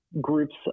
groups